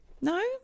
No